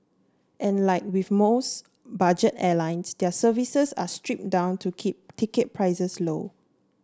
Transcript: and like with most budget airlines their services are stripped down to keep ticket prices low